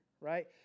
right